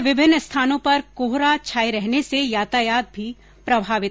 सुबह विभिन्न स्थानों पर कोहरा छाये रहने से यातायात भी प्रभावित रहा